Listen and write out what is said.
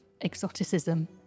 exoticism